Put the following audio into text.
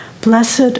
Blessed